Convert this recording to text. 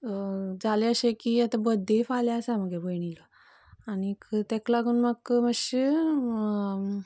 जालें अशें की आतां बड्डे फाल्यां आसा म्हागे भयणीलो आनीक तेका लागून मात्शें